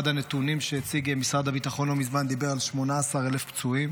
אחד הנתונים שהציג משרד הביטחון לא מזמן דיבר על 18,000 פצועים